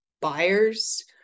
buyers